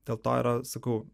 dėl to yra sakau